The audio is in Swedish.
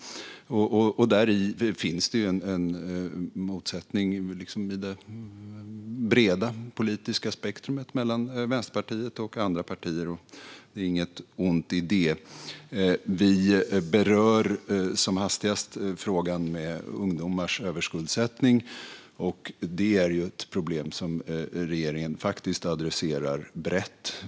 Däri finns en motsättning i det breda politiska spektrumet mellan Vänsterpartiet och andra partier, och det är inget ont i det. Vi berör som hastigast frågan om ungdomars överskuldsättning, och det är ett problem som regeringen faktiskt adresserar brett.